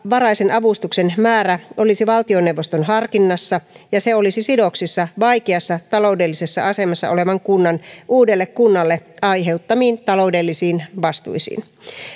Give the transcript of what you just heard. avustuksen määrä olisi valtioneuvoston harkinnassa ja se olisi sidoksissa vaikeassa taloudellisessa asemassa olevan kunnan uudelle kunnalle aiheuttamiin taloudellisiin vastuisiin